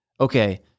okay